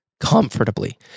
Comfortably